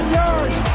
yards